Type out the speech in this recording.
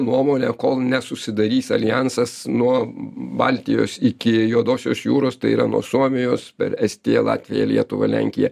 nuomone kol nesusidarys aljansas nuo baltijos iki juodosios jūros tai yra nuo suomijos per estiją latviją lietuvą lenkiją